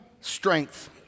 strength